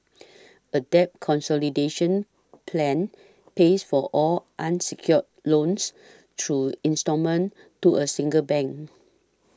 a debt consolidation plan pays for all unsecured loans through instalment to a single bank